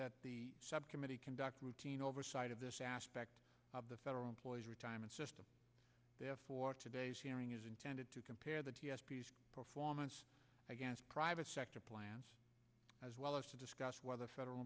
that the subcommittee conduct routine oversight of this aspect of the federal employees retirement system therefore today's hearing is intended to compare the performance against private sector plans as well as to discuss whether federal